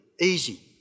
easy